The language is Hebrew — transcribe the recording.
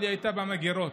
אבל הייתה במגרות